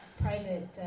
private